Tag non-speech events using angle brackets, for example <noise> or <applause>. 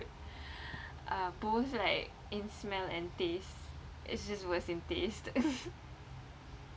uh both like in smell and taste it's just worse in taste <laughs>